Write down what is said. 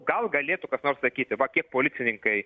gal galėtų kas nors sakyti va kiek policininkai